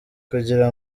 kugira